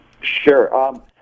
Sure